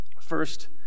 First